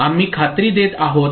आम्ही खात्री देत आहोत